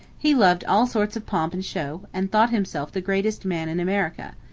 he loved all sorts of pomp and show, and thought himself the greatest man in america.